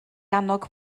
annog